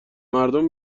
مردم